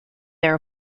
their